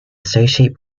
associate